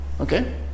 Okay